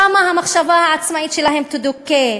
שם המחשבה העצמאית שלהם תדוכא.